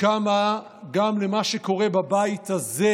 כמה יש השלכה גם למה שקורה בבית הזה,